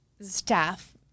staff